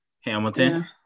Hamilton